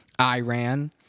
Iran